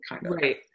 Right